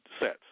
sets